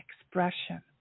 expression